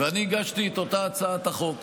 ואני הגשתי את אותה הצעת החוק.